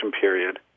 period